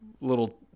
little